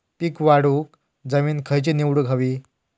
पीक वाढवूक जमीन खैची निवडुक हवी?